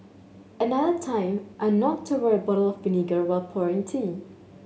another time I knocked over a bottle of vinegar while pouring tea